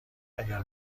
اگر